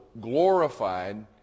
glorified